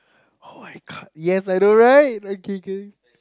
[oh]-my-god yes I know right okay K